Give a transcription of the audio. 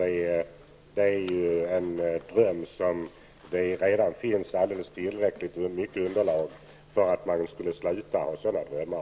Det är en dröm, och det finns redan tillräckligt mycket underlag för att man skall sluta ha sådana drömmar.